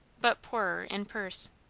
but poorer in purse.